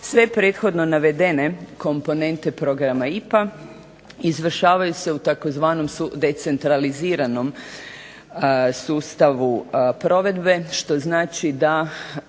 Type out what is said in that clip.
Sve prethodno navedene komponente Programa IPA izvršavaju se u tzv. "sudecentraliziranom" sustavu provedbe što znači da